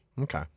Okay